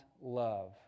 love